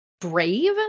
brave